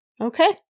Okay